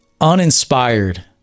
uninspired